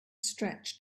stretch